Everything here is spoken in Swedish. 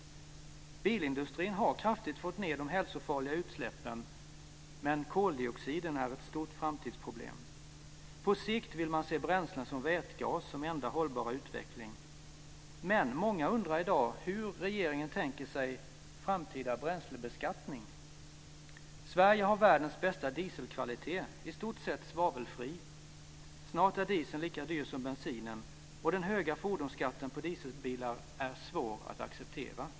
Bilindustrin har kraftigt fått ned de hälsofarliga utsläppen, men koldioxiden är ett stort framtidsproblem. På sikt vill man se bränslen som vätgas som enda hållbara utveckling. Men många undrar i dag hur regeringen tänker sig framtida bränslebeskattning. Sverige har världens bästa dieselkvalitet - i stort sett svavelfri. Snart är dieseln lika dyr som bensinen, och den höga fordonsskatten på dieselbilar är svår att acceptera.